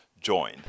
join